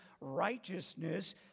Righteousness